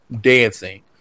dancing